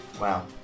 Wow